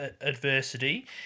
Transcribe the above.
adversity